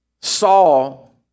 Saul